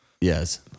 Yes